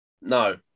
No